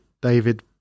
david